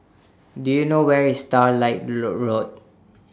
Do YOU know Where IS Starlight Low Road